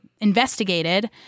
investigated